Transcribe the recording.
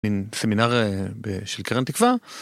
סמינר של קרן תקווה.